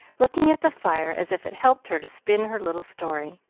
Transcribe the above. looking at the fire as if it helped her to spin her little story.